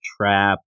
trap